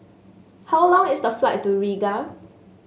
how long is the flight to Riga